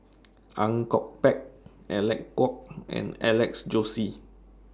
Ang Kok Peng Alec Kuok and Alex Josey